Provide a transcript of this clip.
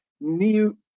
new